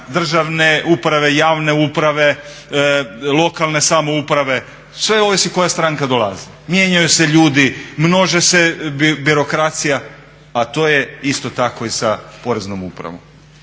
državne uprave, javne uprave, lokalne samouprave. Sve ovisi koja stranka dolazi. Mijenjaju se ljudi, množi se birokracija, a to je isto tako i sa Poreznom upravom.